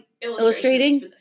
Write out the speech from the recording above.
illustrating